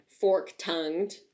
Fork-tongued